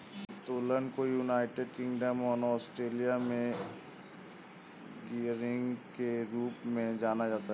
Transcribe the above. उत्तोलन को United Kingdom और ऑस्ट्रेलिया में गियरिंग के रूप में जाना जाता है